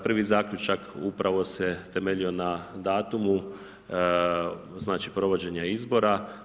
Prvi zaključak upravo se temeljio na datumu, znači provođenja izbora.